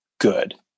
good